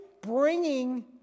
bringing